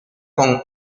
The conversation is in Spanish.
con